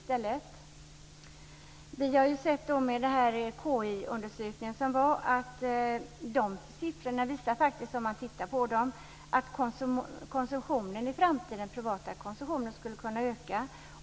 Siffrorna i KI-undersökningar har visat att den privata konsumtionen i framtiden skulle kunna öka.